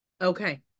Okay